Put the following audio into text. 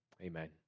Amen